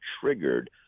triggered